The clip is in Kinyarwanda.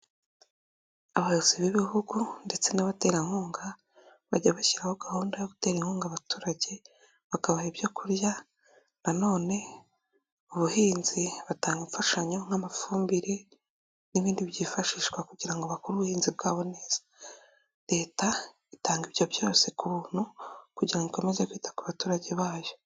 Abayobozi b'ibihugu ndetse n'abaterankunga, bajya bashyiraho gahunda yo gutera inkunga abaturage, bakabaha ibyo kurya na none mu buhinzi batanga imfashanyo nk'amafumbire n'ibindi byifashishwa kugira ngo bakore ubuhinzi bwabo neza. Leta itanga ibyo byose ku buntu kugira ngo ikomeze kwita ku baturage bayo.